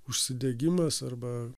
užsidegimas arba